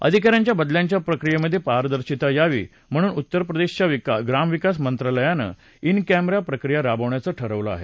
अधिकाऱ्यांच्या बदल्यांच्या प्रक्रियेमधे पारदर्शिता यावी म्हणून उत्तरप्रदेशच्या ग्रामविकास मंत्रालयानं इन कॅमेरा प्रक्रिया राबवण्याच ठरवल आहे